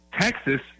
Texas